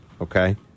okay